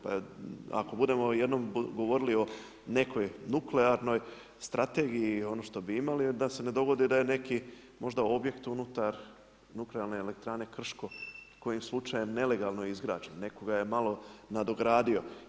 Pa ako budemo jednom govorili o nekoj nuklearnoj strategiji, ono što bi imali je da se ne dogodi da je neki možda objekt unutar nuklearne elektrane Krško kojim slučajem nelegalno izgrađen, netko ga je malo nadogradio.